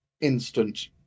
instant